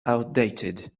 outdated